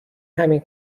همین